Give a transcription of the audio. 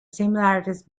similarities